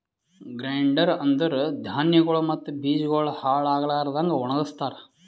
grain dryer ಅಂದುರ್ ಧಾನ್ಯಗೊಳ್ ಮತ್ತ ಬೀಜಗೊಳ್ ಹಾಳ್ ಆಗ್ಲಾರದಂಗ್ ಒಣಗಸ್ತಾರ್